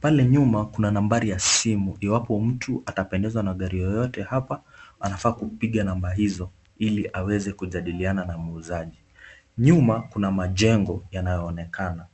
Pale nyuma kuna nambari ya simu. Iwapo mtu atapendezwa na gari yoyote hapa, anafaa kupiga number hizo ili aweze kujadiliana na muuzaji. Nyuma kuna majengo yanayoonekana.